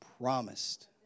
promised